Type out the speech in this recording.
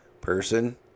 person